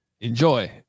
enjoy